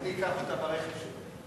אני אקח אותה ברכב שלי.